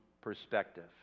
perspective